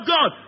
God